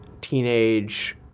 teenage